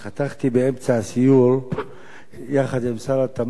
חתכתי באמצע הסיור במגזר הבדואי יחד עם שר התמ"ת,